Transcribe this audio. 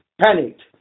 panicked